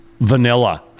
vanilla